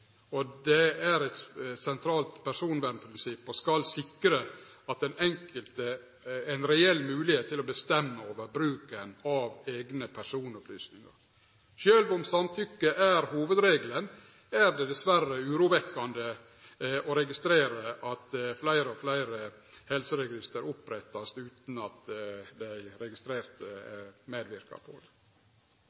og skal sikre den enkelte ei reell moglegheit til å bestemme over bruken av eigne personopplysningar. Sjølv om samtykke er hovudregelen, er det dessverre urovekkjande å registrere at fleire og fleire helseregister vert oppretta utan at dei registrerte medverkar til det.